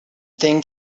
thing